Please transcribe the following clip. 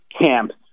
camps